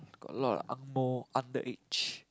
got a lot of ang-moh underage